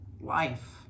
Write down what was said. Life